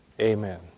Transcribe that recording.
Amen